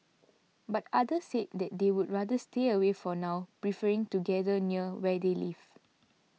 but others said they would rather stay away for now preferring to gather near where they live